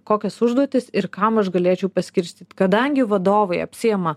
kokias užduotis ir kam aš galėčiau paskirstyt kadangi vadovai apsiema